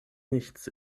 nichts